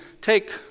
take